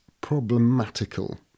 problematical